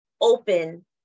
open